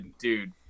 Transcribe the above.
Dude